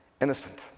innocent